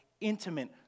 intimate